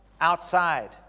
outside